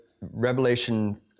Revelation